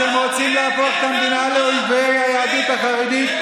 אתם רוצים להפוך את המדינה לאויבי היהדות החרדית,